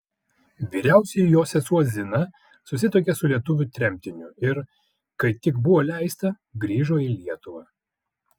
vyriausioji jos sesuo zina susituokė su lietuviu tremtiniu ir kai tik buvo leista grįžo į lietuvą